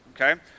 okay